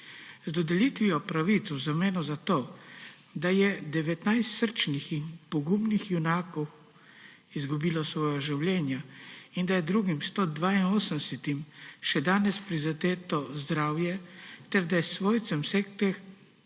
Z dodelitvijo pravic v zameno za to, da je 19 srčnih in pogumnih junakov izgubilo svoja življenja in da je drugim 182 še danes prizadeto zdravje ter da je svojcem vseh teh